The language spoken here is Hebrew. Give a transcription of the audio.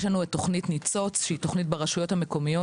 יש לנו את תוכנית "ניצוץ" שהיא תוכנית ברשויות המקומיות,